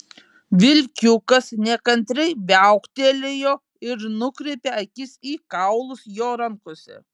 vilkiukas nekantriai viauktelėjo ir nukreipė akis į kaulus jo rankose